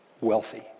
wealthy